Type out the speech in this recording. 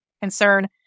concern